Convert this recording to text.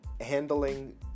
handling